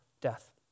death